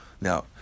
Now